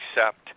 accept